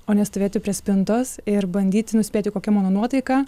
o nestovėti prie spintos ir bandyti nuspėti kokia mano nuotaika